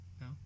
no